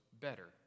better